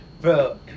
Bro